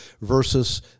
versus